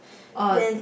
oh